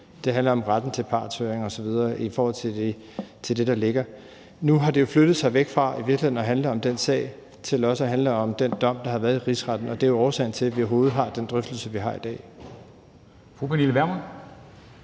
det handler om retten til partshøring osv. i forhold til det, der ligger – og nu har det jo flyttet sig væk fra i virkeligheden at handle om den sag til også at handle om den dom, der har været i Rigsretten, og det er jo årsagen til, at vi overhovedet har den drøftelse, vi har i dag.